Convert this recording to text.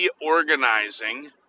reorganizing